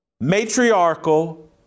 Matriarchal